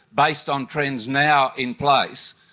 based on trends now in place,